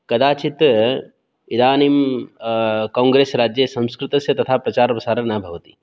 कदाचित् इदानीं काङ्ग्रेस् राज्ये संस्कृतस्य तथा प्रचारप्रसारः न भवति